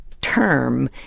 term